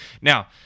now